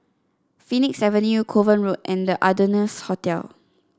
Phoenix Avenue Kovan Road and The Ardennes Hotel